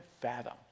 fathom